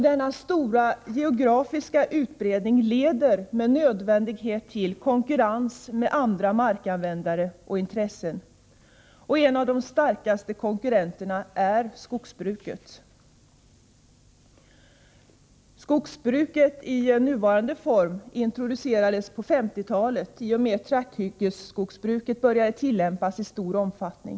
Den stora geografiska utbredningen leder med nödvändighet till konkurrens med andra markanvändare och intressen. En av de starkaste konkurrenterna är skogsbruket. Skogsbruket i nuvarande form introducerades på 1950-talet i och med att trakthyggesskogsbruk började tillämpas i stor omfattning.